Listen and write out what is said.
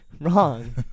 Wrong